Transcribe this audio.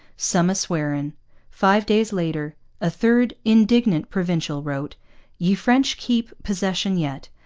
som a swarein five days later a third indignant provincial wrote ye french keep possession yet,